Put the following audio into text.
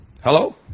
Hello